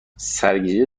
سرگیجه